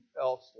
else